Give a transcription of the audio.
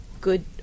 good